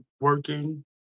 working